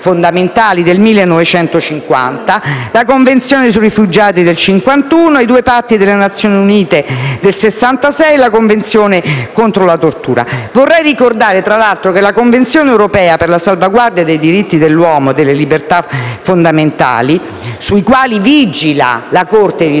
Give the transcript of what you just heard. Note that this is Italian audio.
del 1950, la Convenzione sui rifugiati del 1951, i due Patti internazionali sui diritti umani del 1966 e la Convenzione contro la tortura. Ricordo inoltre, che la Convenzione europea per la salvaguardia dei diritti dell'uomo e delle libertà fondamentali, su cui vigila la Corte di